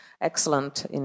excellent